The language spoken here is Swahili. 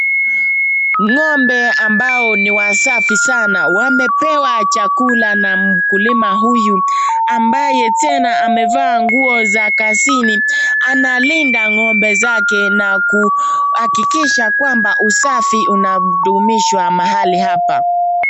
Ng'ombe ambao ni wasafi sana wamepewa chakula na mkulima huyu ambaye tena amevaa nguo za kazini analinda ng'ombe zake na kuhakikisha kwamba usafi unadumishwa mahali hapa.